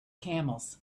camels